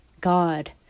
God